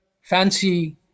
fancy